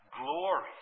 glory